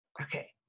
Okay